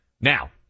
Now